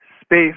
space